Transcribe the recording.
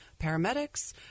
paramedics